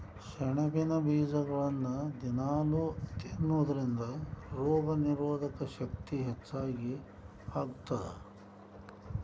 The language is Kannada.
ಸೆಣಬಿನ ಬೇಜಗಳನ್ನ ದಿನಾಲೂ ತಿನ್ನೋದರಿಂದ ರೋಗನಿರೋಧಕ ಶಕ್ತಿ ಹೆಚ್ಚಗಿ ಆಗತ್ತದ